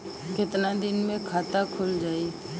कितना दिन मे खाता खुल जाई?